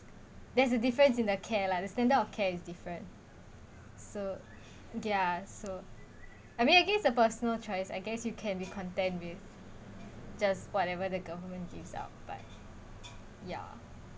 there's a difference in the care lah the standard of care is different so yeah so I mean against a personal choice I guess you can be content with just whatever the government gives out but ya